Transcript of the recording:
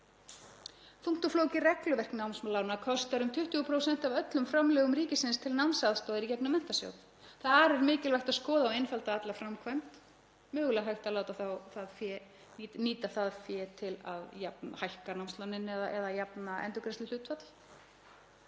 Þungt og flókið regluverk námslána kostar um 20% af öllum framlögum ríkisins til námsaðstoðar í gegnum Menntasjóð. Þar er mikilvægt að skoða og einfalda alla framkvæmd og mögulega er hægt að nýta það fé til að hækka námslánin eða jafna endurgreiðsluhlutfall.